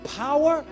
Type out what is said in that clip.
power